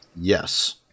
Yes